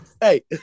Hey